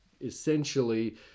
essentially